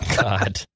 God